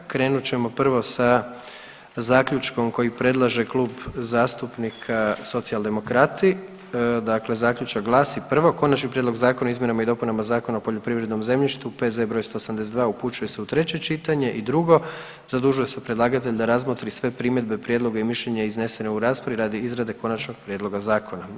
Krenut ćemo prvo sa zaključkom kojeg predlaže Klub zastupnika Socijaldemokrati, dakle zaključak glasi: „1. Konačni prijedlog Zakona o izmjenama i dopunama Zakona o poljoprivrednom zemljištu P.Z. br. 182. upućuje se u treće čitanje i 2. Zadužuje se predlagatelj da razmotri sve primjedbe, prijedloge i mišljenje iznesene u raspravi radi izrade Konačnog prijedlog Zakona.